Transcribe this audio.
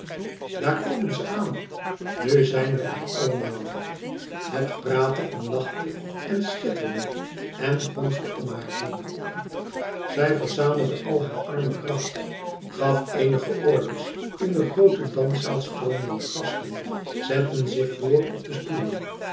daar komen ze aan nu zijn we er allemaal het praatte en lachte en schitterde en gonsde om haar heen zij verzamelde hare arme kracht gaf eenige orders in de groote danszaal stroomden de gasten zetten zich vr op stoelen